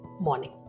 morning